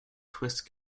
twist